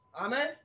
Amen